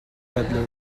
peddler